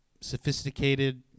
sophisticated